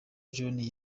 john